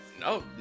No